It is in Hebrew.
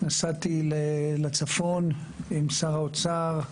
נסעתי לצפון עם שר האוצר,